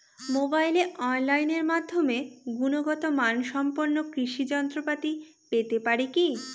মোবাইলে অনলাইনের মাধ্যমে গুণগত মানসম্পন্ন কৃষি যন্ত্রপাতি পেতে পারি কি?